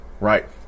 right